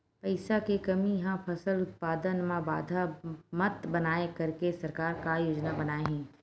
पईसा के कमी हा फसल उत्पादन मा बाधा मत बनाए करके सरकार का योजना बनाए हे?